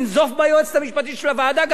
לנזוף ביועצת המשפטית של הוועדה,